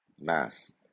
mass